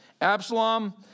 Absalom